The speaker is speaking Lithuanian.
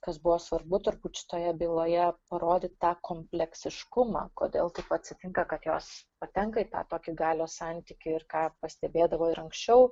kas buvo svarbu turbūt šitoje byloje parodyt tą kompleksiškumą kodėl taip atsitinka kad jos patenka į tą tokį galios santykį ir ką pastebėdavo ir anksčiau